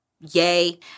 yay